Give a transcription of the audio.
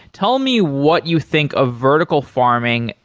tell me what you think of vertical farming.